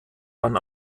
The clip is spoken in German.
dann